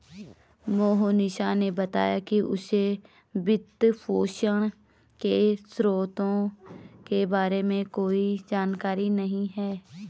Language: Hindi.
मोहनीश ने बताया कि उसे वित्तपोषण के स्रोतों के बारे में कोई जानकारी नही है